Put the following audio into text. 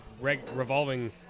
revolving